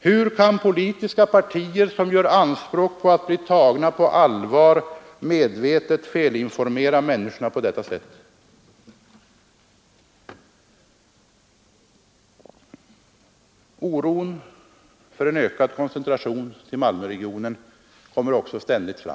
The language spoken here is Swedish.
Hur kan politiska partier, som gör anspråk på att bli tagna på allvar, medvetet felinformera människorna på detta sätt? Oron för en ökad koncentration till Malmöregionen kommer också ständigt fram.